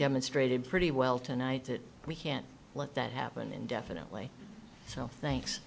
demonstrated pretty well tonight that we can't let that happen indefinitely so thanks